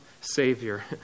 savior